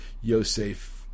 Yosef